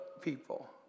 people